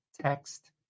Text